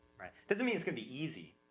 right? doesn't mean it's gonna be easy,